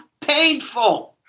painful